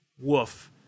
Woof